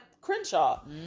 Crenshaw